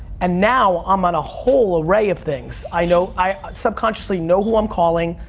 and now i'm on a whole array of things. i know, i subconsciously know who i'm calling,